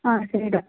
ಹಾಂ ಸರಿ ಡಾಕ್ಟರ್